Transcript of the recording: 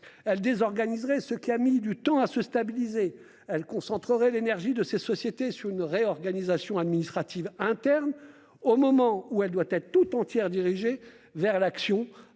désorganiserait ce qui a mis du temps à se stabiliser. Elle concentrerait l'énergie de ces sociétés sur une réorganisation administrative interne, au moment où ladite énergie devrait être tout entière dirigée vers l'action,